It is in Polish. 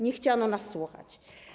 Nie chciano nas słuchać.